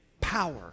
power